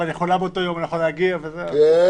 "באותו יום אני לא יכולה להגיע" וכו'.